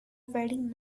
wedding